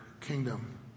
kingdom